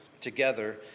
together